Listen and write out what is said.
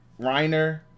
Reiner